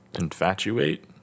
Infatuate